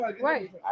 right